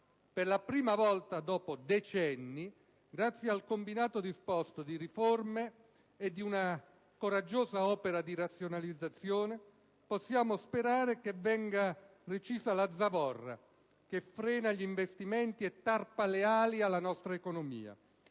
Per la prima volta dopo decenni, grazie al combinato disposto di riforme incisive e di una coraggiosa opera di razionalizzazione, possiamo sperare che venga recisa la zavorra che frena gli investimenti e tarpa le ali alla nostra economia,